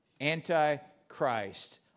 Antichrist